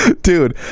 Dude